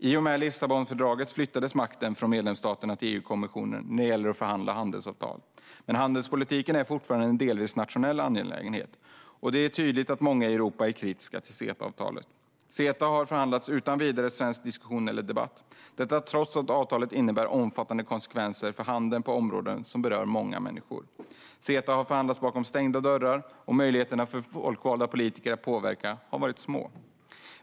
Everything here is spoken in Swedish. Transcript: I och med Lissabonfördraget flyttades makten från medlemsstaterna till EU-kommissionen när det gäller att förhandla handelsavtal. Men handelspolitiken är fortfarande en delvis nationell angelägenhet. Det är tydligt att många i Europa är kritiska till CETA-avtalet. CETA har förhandlats utan vidare svensk diskussion eller debatt, detta trots att avtalet innebär omfattande konsekvenser för handel på områden som berör många människor. CETA har förhandlats bakom stängda dörrar, och möjligheterna för folkvalda politiker att påverka har varit små.